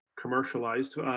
commercialized